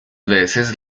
veces